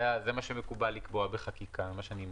זה מה שמקובל לקבוע בחקיקה, ממה שאני מכיר.